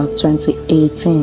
2018